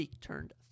turned